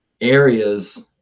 areas